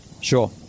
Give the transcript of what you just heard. Sure